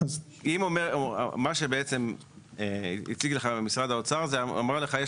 מה שבעצם הציג לך משרד האוצר זה אומר לך יש